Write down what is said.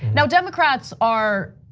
now democrats are,